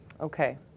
Okay